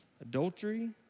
Adultery